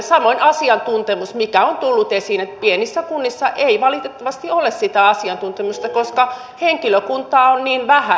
samoin asiantuntemus on tullut esiin se että pienissä kunnissa ei valitettavasti ole sitä asiantuntemusta koska henkilökuntaa on niin vähän